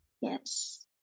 Yes